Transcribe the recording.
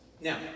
Now